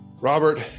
robert